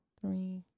three